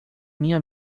minha